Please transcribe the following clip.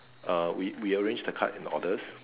uh we we arrange the cards in orders